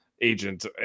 agent